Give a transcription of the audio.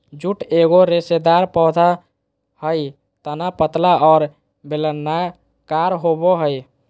jute एगो रेशेदार पौधा हइ तना पतला और बेलनाकार होबो हइ